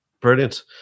Brilliant